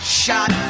shot